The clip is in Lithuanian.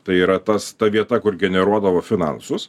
tai yra tas ta vieta kur generuodavo finansus